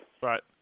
Right